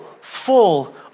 full